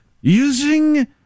using